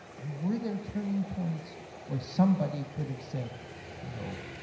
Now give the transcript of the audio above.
and where there turning points where somebody could have said no,